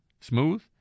smooth